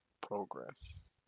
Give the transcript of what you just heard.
progress